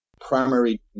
primary